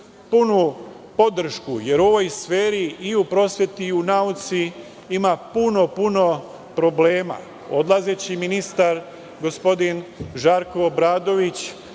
punu podršku, jer u ovoj sferi i u prosveti i u nauci ima puno, puno problema. Odlazeći ministar, gospodin Žarko Obradović,